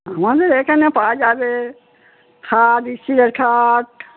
আমাদের এখানে পাওয়া যাবে খাট স্টিলের খাট